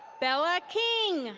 bella king.